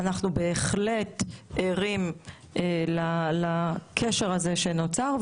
אנחנו בהחלט ערים לקשר הזה שנוצר,